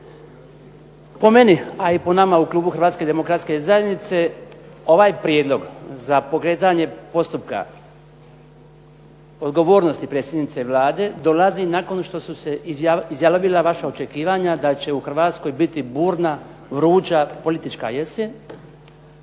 Po meni a i po nama u klubu HDZ-a ovaj prijedlog za pokretanje postupka odgovornosti predsjednici Vlade dolazi nakon što su se izjalovila vaša očekivanja da će u Hrvatskoj biti burna, vruća politička jesen